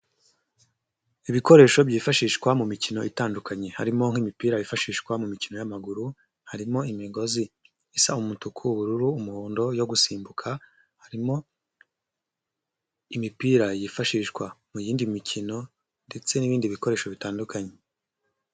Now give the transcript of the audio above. Ibikoresho byifashishwa mu mikino itandukanye, harimo nk'imipira yifashishwa mu mikino y'amaguru, harimo imigozi isa umutuku, ubururu, umuhondo yo gusimbuka, harimo imipira yifashishwa mu yindi mikino ndetse n'ibindi bikoresho bitandukanye.